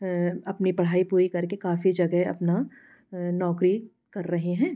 अपनी पढ़ाई पूरी करके काफ़ी जगह अपना नौकरी कर रहे हैं